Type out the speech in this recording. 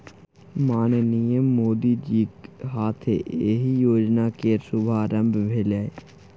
माननीय मोदीजीक हाथे एहि योजना केर शुभारंभ भेलै